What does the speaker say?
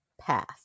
path